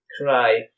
cry